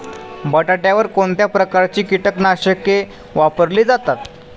बटाट्यावर कोणत्या प्रकारची कीटकनाशके वापरली जातात?